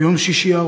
ביום שישי,